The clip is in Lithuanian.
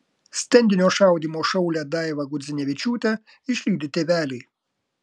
stendinio šaudymo šaulę daivą gudzinevičiūtę išlydi tėveliai